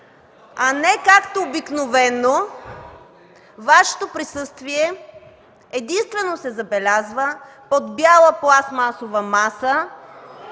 а не както обикновено Вашето присъствие единствено се забелязва под бяла пластмасова маса